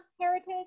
Heritage